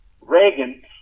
Reagan